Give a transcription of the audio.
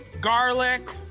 garlic.